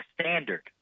standard